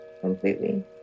completely